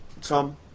Tom